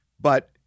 But-